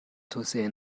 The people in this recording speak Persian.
توسعه